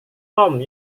tom